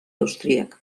austríac